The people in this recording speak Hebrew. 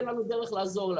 אין לנו דרך לעזור?